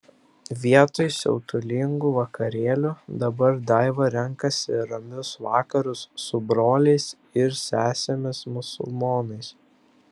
vietoj siautulingų vakarėlių dabar daiva renkasi ramius vakarus su broliais ir sesėmis musulmonais